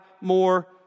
more